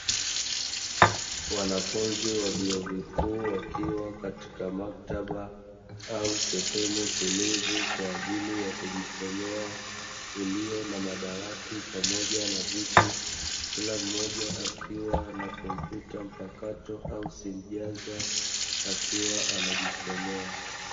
Wanafunzi wa vyuo vikuu wakiwa katika maktaba au sehemu tulivu kwa ajili ya kujisomea iliyo na madawati pamoja na viti, kila mmoja akiwa ana kompyuta mpakato au simu janja akiwa anajisomea.